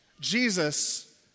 Jesus